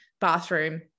bathroom